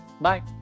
bye